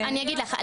אז אני אגיד לך,